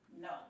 No